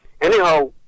Anyhow